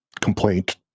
Complaint